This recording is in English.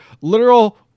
literal